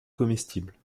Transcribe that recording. comestibles